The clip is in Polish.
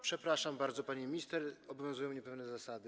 Przepraszam bardzo, pani minister, obowiązują mnie pewne zasady.